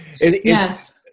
Yes